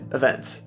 events